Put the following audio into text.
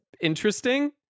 interesting